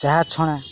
ଚାହା ଛଣା